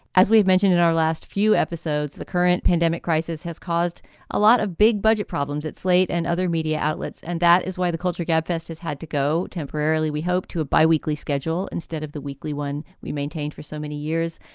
as we've mentioned in our last few episodes, the current pandemic crisis has caused a lot of big budget problems at slate and other media outlets. and that is why the culture gabfest has had to go temporarily, we hope, to a biweekly schedule instead of the weekly one. we maintained for so many years.